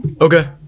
Okay